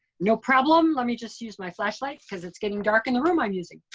no problem. let me just use my flashlight because it's getting dark in the room i'm using.